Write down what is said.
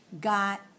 got